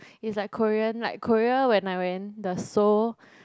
is like Korean like Korea when I went the Seoul